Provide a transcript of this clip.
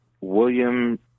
William